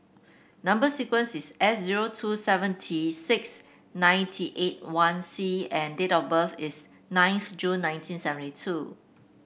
number sequence is S zero two seventy six ninety eight one C and date of birth is ninth June nineteen seventy two